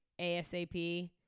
ASAP